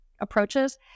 approaches